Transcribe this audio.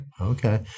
Okay